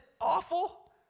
awful